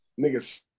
niggas